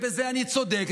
ובזה אני צודק,